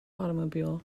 automobile